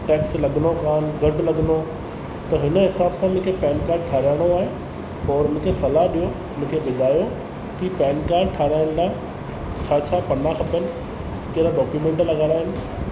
tax लॻंदो कान घटि लॻंदो त हिन हिसाब सां मूंखे पैन कार्ड ठाहिराइणो आहे और मूंखे सलाह ॾियो मूंखे ॿुधायो की पैन कार्ड ठाहिराइण लाइ छा छा पन्ना खपनि कहिड़ा कहिड़ा डोक्यूमेंट लॻाइणा आहिनि